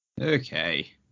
Okay